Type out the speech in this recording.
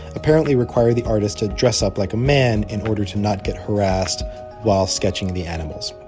apparently required the artist to dress up like a man in order to not get harassed while sketching the animals